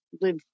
live